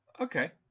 Okay